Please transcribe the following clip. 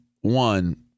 one